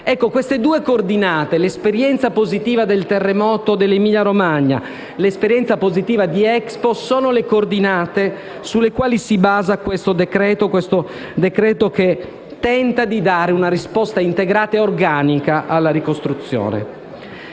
queste due coordinate, l'esperienza positiva del terremoto in Emilia-Romagna e l'esperienza positiva di Expo, sono le coordinate sulle quali si basa questo decreto-legge, che tenta di dare una risposta integrata ed organica alla ricostruzione.